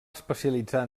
especialitzar